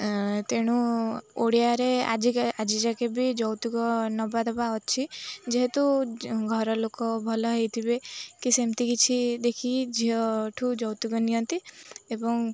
ତେଣୁ ଓଡ଼ିଆରେ ଆଜିକା ଆଜି ଯାକେ ବି ଯୌତୁକ ନେବାଦେବା ଅଛି ଯେହେତୁ ଘର ଲୋକ ଭଲ ହେଇଥିବେ କି ସେମିତି କିଛି ଦେଖି ଝିଅଠୁ ଯୌତୁକ ନିଅନ୍ତି ଏବଂ